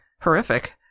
horrific